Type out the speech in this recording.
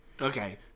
Okay